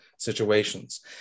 situations